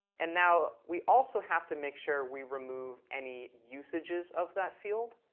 and now we also have to make sure we remove any usages of that field.